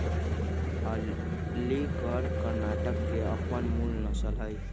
हल्लीकर कर्णाटक के अप्पन मूल नसल हइ